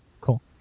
cool